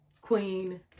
Queen